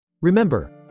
Remember